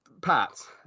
Pat